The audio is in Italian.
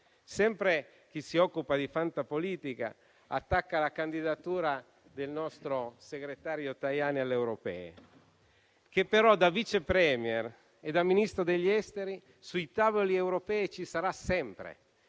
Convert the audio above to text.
Sempre chi si occupa di fantapolitica attacca la candidatura del nostro segretario Tajani alle elezioni europee, che però da vice *premier* e da Ministro degli esteri sui tavoli europei ci sarà sempre,